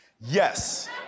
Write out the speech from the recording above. Yes